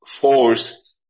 force